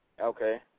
Okay